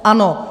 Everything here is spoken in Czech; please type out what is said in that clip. Ano.